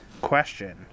question